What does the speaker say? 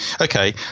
okay